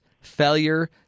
failure